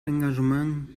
engagement